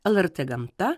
lrt gamta